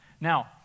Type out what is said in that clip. Now